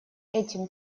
этим